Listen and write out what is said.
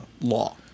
Law